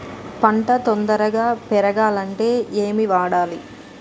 పంట తొందరగా పెరగాలంటే ఏమి వాడాలి?